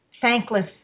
thankless